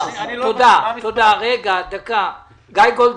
גיא גולדמן,